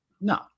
No